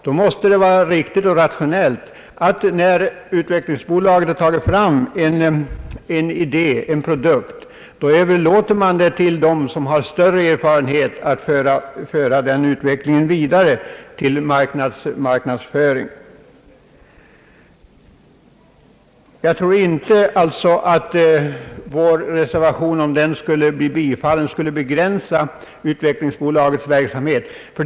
Då måste det vara riktigt och rationellt att, när utvecklingsbolaget har utveckat en idé och tagit fram en produkt, överlåta åt dem som har större erfarenhet att föra den produkten vidare till marknadsföring. Jag tror alltså inte att ett bifall till vår reservation skulle innebära en så stor begränsning av utvecklingsbolaget att dess verksamhet skulle äventyras.